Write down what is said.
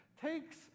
takes